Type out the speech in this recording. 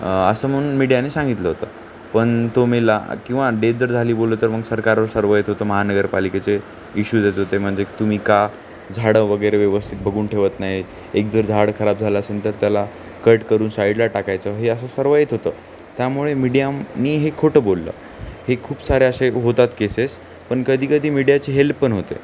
असं म्हणून मीडियाने सांगितलं होतं पण तो मेला किंवा डेट जर झाली बोललं तर मग सरकारवर सर्व येत होतं महानगरपालिकेचे इश्यूज येत होते म्हणजे तुम्ही का झाडं वगैरे व्यवस्थित बघून ठेवत नाही एक जर झाड खराब झालं असेल तर त्याला कट करून साईडला टाकायचं हे असं सर्व येत होतं त्यामुळे मीडियानी हे खोटं बोललं हे खूप सारे असे होतात केसेस पण कधीकधी मीडियाचे हेल्प पण होते